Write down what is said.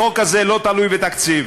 החוק הזה אינו תלוי בתקציב.